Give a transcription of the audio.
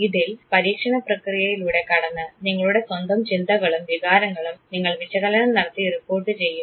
ഇതിൽ പരീക്ഷണ പ്രക്രിയയിലൂടെ കടന്ന് നിങ്ങളുടെ സ്വന്തം ചിന്തകളും വികാരങ്ങളും നിങ്ങൾ വിശകലനം നടത്തി റിപ്പോർട്ട് ചെയ്യുന്നു